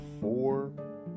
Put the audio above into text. four